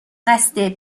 قصد